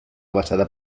basada